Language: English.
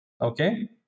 Okay